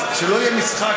אז שלא יהיה משחק,